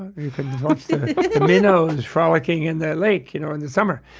you can watch the minnows frolicking in the lake you know in the summer.